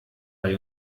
bei